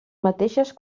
mateixes